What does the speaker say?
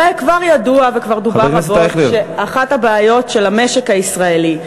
הרי כבר ידוע וכבר דובר רבות שאחת הבעיות של המשק הישראלי,